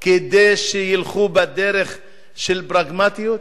שילכו בדרך של פרגמטיות?